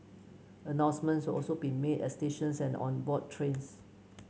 announcements also be made at stations and on board trains